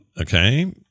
Okay